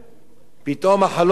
פתאום החלום הזה,